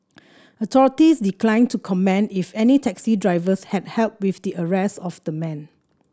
authorities declined to comment if any taxi drivers had help with the arrest of the man